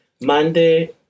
Monday